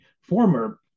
former